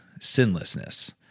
sinlessness